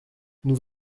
nous